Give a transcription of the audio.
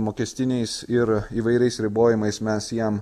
mokestiniais ir įvairiais ribojimais mes jam